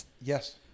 Yes